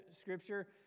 Scripture